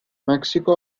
mexico